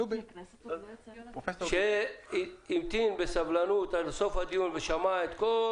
דובי שהמתין בסבלנות עד סוף הדיון ושמע את כל